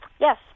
Yes